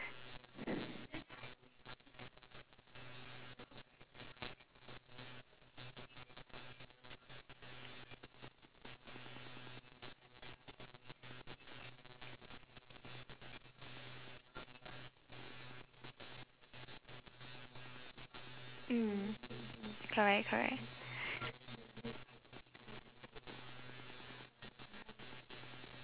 mm correct correct